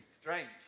strange